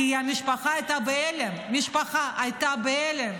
כי המשפחה הייתה בהלם, המשפחה הייתה בהלם.